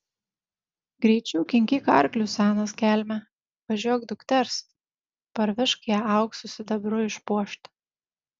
greičiau kinkyk arklius senas kelme važiuok dukters parvežk ją auksu sidabru išpuoštą